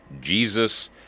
Jesus